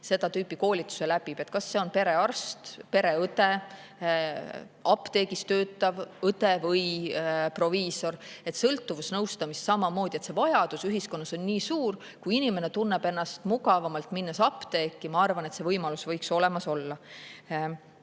seda tüüpi koolituse läbib: kas see on perearst, pereõde, apteegis töötav õde või proviisor. Sõltuvusnõustamise järele on samamoodi vajadus ühiskonnas nii suur ja kui inimene tunneb ennast mugavamalt, minnes apteeki, siis, ma arvan, see võimalus võiks olemas